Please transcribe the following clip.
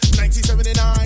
1979